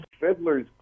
Fiddler's